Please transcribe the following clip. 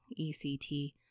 ect